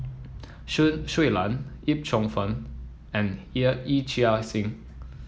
Shui Lan Yip Cheong Fun and Yee Chia Hsing